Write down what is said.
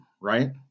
right